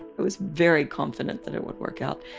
i was very confident that it would work out,